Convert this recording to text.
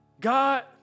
God